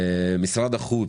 משרד החוץ,